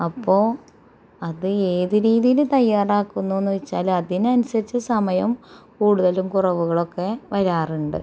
അപ്പോൾ അത് ഏത് രീതിയിൽ തയ്യാറാക്കുന്നു എന്ന് വെച്ചാല് അതിനനുസരിച്ച് സമയം കൂടുതലും കുറവുകളൊക്കെ വരാറുണ്ട്